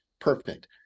perfect